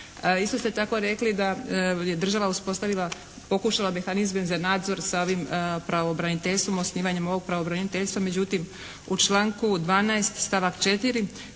Isto ste tako rekli da je država uspostavila, pokušala mehanizme za nadzor s osnivanjem ovog pravobraniteljstva, međutim u članku 12. stavak 4.